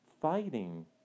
fighting